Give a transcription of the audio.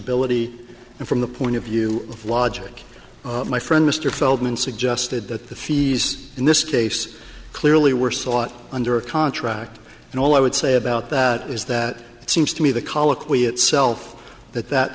ability and from the point of view of logic my friend mr feldman suggested that the fees in this case clearly were sought under a contract and all i would say about that is that it seems to me the colloquy itself that